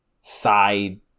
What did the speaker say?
side